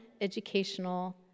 educational